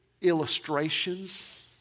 illustrations